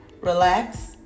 relax